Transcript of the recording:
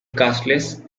castles